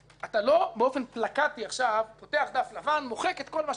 אתה לא באופן פלקטי מוחק את כל מה שהיה,